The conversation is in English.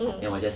mm